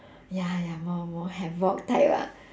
ya ya more more havoc type ah